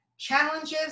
Challenges